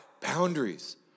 Boundaries